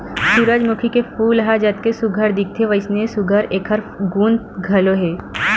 सूरजमूखी के फूल ह जतके सुग्घर दिखथे वइसने सुघ्घर एखर गुन घलो हे